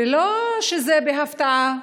ולא שזה בהפתעה,